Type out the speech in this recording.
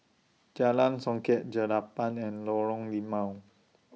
Jalan Songket Jelapang and Lorong Limau